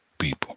people